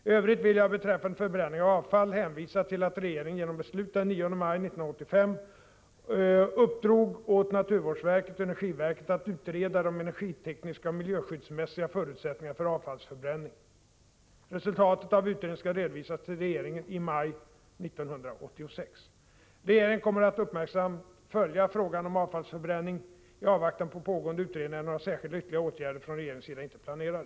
I övrigt vill jag beträffande förbränning av avfall hänvisa till att regeringen genom beslut den 9 maj 1985 uppdrog åt naturvårdsverket och energiverket att utreda de energitekniska och miljöskyddsmässiga förutsättningarna för avfallsförbränning. Resultatet av utredningen skall redovisas till regeringen i maj 1986. Regeringen kommer att uppmärksamt följa frågan om avfallsförbränning. I avvaktan på pågående utredningar är några särskilda ytterligare åtgärder från regeringens sida inte planerade.